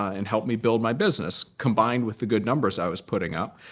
and helped me build my business combined with the good numbers i was putting up.